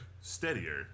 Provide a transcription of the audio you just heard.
steadier